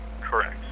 Correct